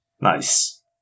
Nice